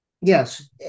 Yes